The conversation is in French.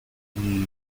qui